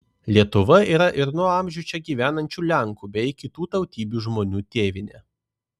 lietuva yra ir nuo amžių čia gyvenančių lenkų bei kitų tautybių žmonių tėvynė